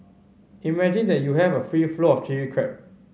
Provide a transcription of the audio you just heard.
imagine that you have a free flow of Chilli Crab